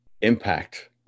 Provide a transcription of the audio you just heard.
impact